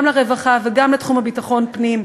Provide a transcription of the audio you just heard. גם לרווחה וגם לתחום ביטחון הפנים.